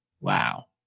wow